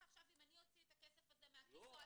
עכשיו אם אני אוציא את הכסף מהכיס או אתה -- לא,